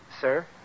sir